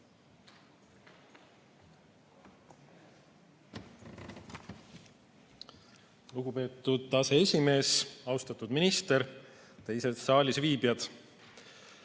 Lugupeetud aseesimees! Austatud minister! Teised saalis viibijad!